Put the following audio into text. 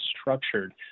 structured